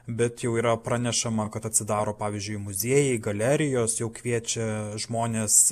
bet jau yra pranešama kad atsidaro pavyzdžiui muziejai galerijos jau kviečia žmones